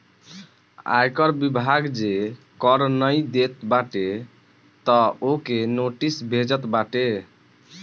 आयकर विभाग जे कर नाइ देत बाटे तअ ओके नोटिस भेजत बाटे